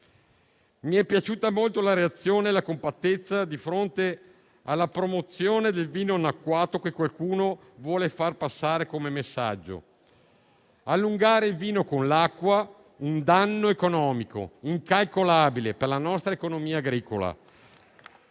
Mi è piaciuta molto la reazione e la compattezza di fronte alla promozione del vino annacquato, che qualcuno vuole far passare come messaggio. Allungare il vino con l'acqua è un danno economico incalcolabile per la nostra economia agricola.